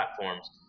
platforms